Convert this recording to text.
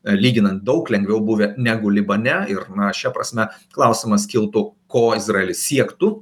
lyginant daug lengviau buvę negu libane ir na šia prasme klausimas kiltų ko izraelis siektų